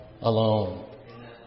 alone